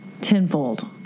tenfold